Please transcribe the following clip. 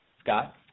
Scott